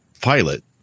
pilot